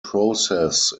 process